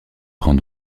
prend